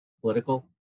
political